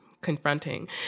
confronting